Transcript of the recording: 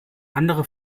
andere